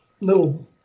little